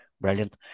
Brilliant